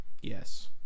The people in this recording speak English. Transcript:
yes